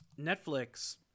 netflix